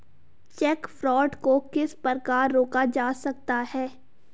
Check fraud को किस प्रकार रोका जा सकता है?